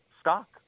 stock